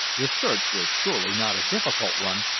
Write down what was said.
the search was surely not a difficult one.